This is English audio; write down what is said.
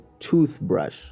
toothbrush